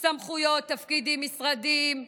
סמכויות, תפקידים, משרדים,